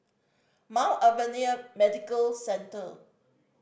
Mount Alvernia Medical Centre